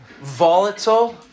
volatile